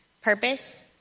purpose